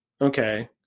okay